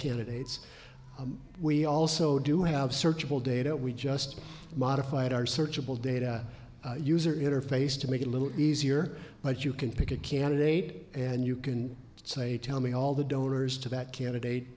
candidates we also do have searchable data we just modified our searchable data user interface to make it a little easier but you can pick a candidate and you can say tell me all the donors to that candidate